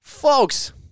Folks